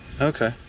Okay